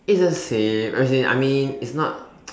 it's the same as in I mean it's not